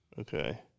Okay